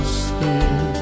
skin